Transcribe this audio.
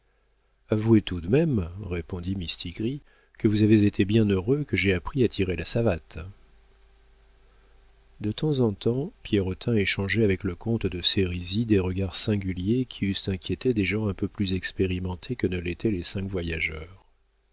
avouez tout de même répondit mistigris que vous avez été bien heureux que j'aie appris à tirer la savate de temps en temps pierrotin échangeait avec le comte de sérisy des regards singuliers qui eussent inquiété des gens un peu plus expérimentés que ne l'étaient les cinq voyageurs